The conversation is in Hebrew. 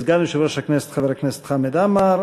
סגן יושב ראש הכנסת, חבר הכנסת חמד עמאר.